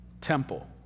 temple